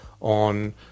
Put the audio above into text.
on